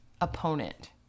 opponent